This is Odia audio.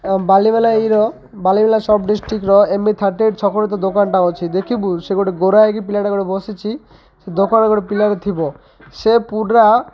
ବାଲିିବଲା ଇର ବାଲିିବଲା ସବ୍ ଡ଼ିଷ୍ଟ୍ରିକ୍ର ଏମ୍ଇ ଥାର୍ଟି ଏଇଟ୍ ଛକଟେ ତା ଦୋକାନ୍ଟା ଅଛି ଦେଖିବୁ ସେ ଗୋଟେ ଗୋରା ହୋଇକି ପିଲାଟା ଗୋଟେ ବସିଛି ସେ ଦୋକାନ ଗୋଟେ ପିଲାରେ ଥିବ ସେ ପୁରା